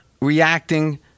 reacting